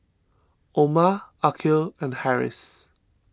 Omar Aqil and Harris